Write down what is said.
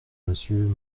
monsieur